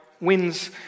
wins